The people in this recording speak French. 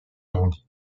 arrondis